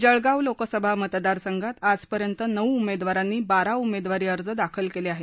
जळगाव लोकसभा मतदार संघात आजपर्यंत नऊ उमेदवारांनी बारा उमेदवारी अर्ज दाखल केले आहेत